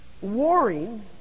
warring